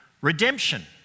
redemption